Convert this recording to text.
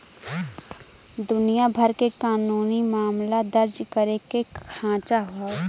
दुनिया भर के कानूनी मामला दर्ज करे के खांचा हौ